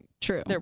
true